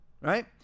right